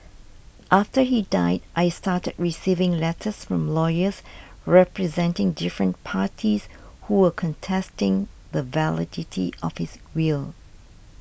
after he died I started receiving letters from lawyers representing different parties who were contesting the validity of his will